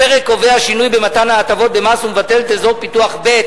הפרק קובע שינוי במתן ההטבות במס ומבטל את אזור פיתוח ב',